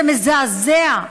זה מזעזע.